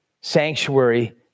sanctuary